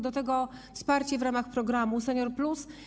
Do tego wsparcie w ramach programu ˝Senior+˝